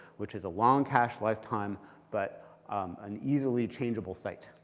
which is a long cache lifetime but an easily changeable site.